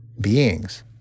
beings